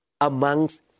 amongst